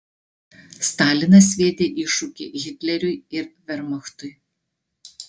stalinas sviedė iššūkį hitleriui ir vermachtui